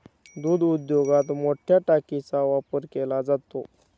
दूध उद्योगात मोठया टाकीचा वापर केला जातो